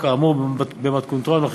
שיעניק אותה הטבת מס למשקיעים בחברות מתחילות.